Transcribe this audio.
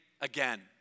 again